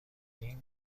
این